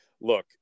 look